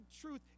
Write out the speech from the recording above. truth